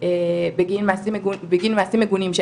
בגין מעשים מגונים,